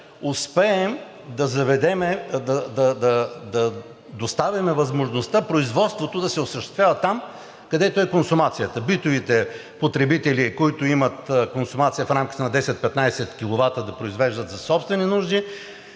е да успеем да доставим възможността производството да се осъществява там, където е консумацията – битовите потребители, които имат консумация в рамките на 10 – 15 киловата, да произвеждат за собствени нужди,